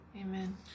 Amen